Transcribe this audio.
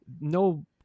no